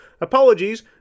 apologies